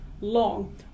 long